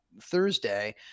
Thursday